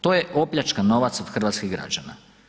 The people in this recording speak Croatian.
To je opljačkan novac od hrvatskih građana.